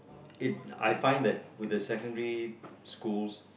it I find that with the secondary schools